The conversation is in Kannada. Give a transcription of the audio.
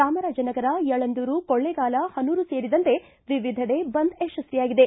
ಚಾಮರಾಜನಗರ ಯಳಂದೂರು ಕೊಳ್ಳೇಗಾಲ ಹನೂರು ಸೇರಿದಂತೆ ವಿವಿಧೆಡೆ ಬಂದ್ ಯಶಸ್ವಿಯಾಗಿದೆ